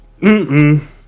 Mm-mm